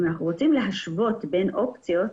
אם אנחנו רוצים להשוות בין אופציות,